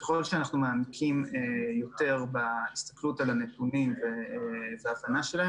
ככל שאנחנו מעמיקים בהסתכלות על הנתונים והבנה שלהם,